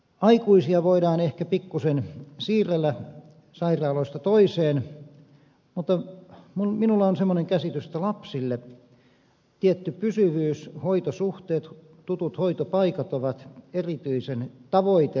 aikuisia voidaan ehkä pikkuisen siirrellä sairaalasta toiseen mutta minulla on semmoinen käsitys että lapsille tietty pysyvyys hoitosuhteet tutut hoitopaikat ovat erityisen tavoiteltava ja tärkeä asia